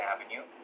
Avenue